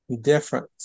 different